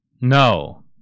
no